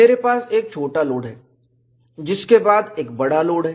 मेरे पास एक छोटा लोड है जिसके बाद एक बड़ा लोड है